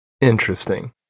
interesting